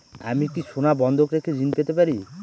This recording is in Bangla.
আমি কি সোনা বন্ধক রেখে ঋণ পেতে পারি?